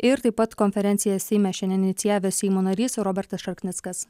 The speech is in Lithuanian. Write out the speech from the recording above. ir taip pat konferenciją seime šiandien inicijavęs seimo narys robertas šarknickas